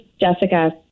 Jessica